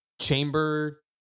chamber